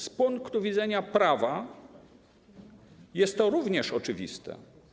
Z punktu widzenia prawa jest to również oczywiste.